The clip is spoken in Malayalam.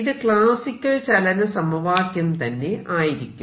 ഇത് ക്ലാസിക്കൽ ചലന സമവാക്യം തന്നെ ആയിരിക്കും